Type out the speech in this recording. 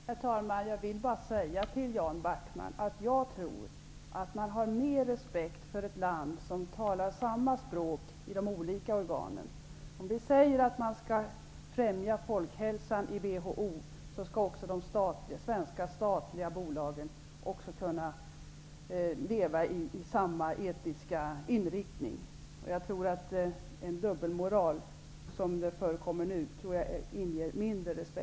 Herr talman! Jag tror, Jan Backman, att man har större respekt för ett land som talar samma språk i de olika organen. Om vi säger i WHO att man skall främja folkhälsan, skall också de svenska statliga bolagen kunna ha samma etiska inriktning. Jag tror faktiskt att en dubbelmoral av det slag som nu förekommer gör att respekten blir mindre.